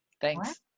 Thanks